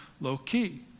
low-key